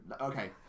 Okay